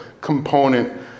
component